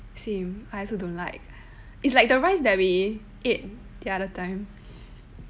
same I also don't like it's like the rice that we ate the other time